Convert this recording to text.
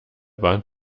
bahnt